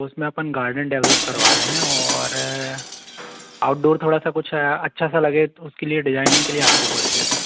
उस में अपन गार्डन डेवलप करवा रहे हैं और आउटडोर थोड़ा सा कुछ अच्छा सा लगे उसके लिए डिजाइनिंग के लिए आपको कॉल किया था